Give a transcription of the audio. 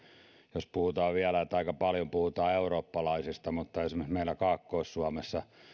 jos sanotaan vielä että aika paljon puhutaan eurooppalaisista mutta esimerkiksi meillä kaakkois suomessa